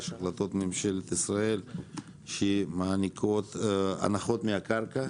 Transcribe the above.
יש החלטות ממשלת ישראל שמעניקות הנחות מהקרקע.